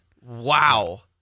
Wow